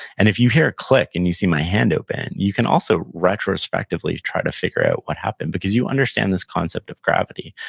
and if you hear a click and you see my hand open, you can also retrospectively try to figure out what happened because you understand this concept of gravity,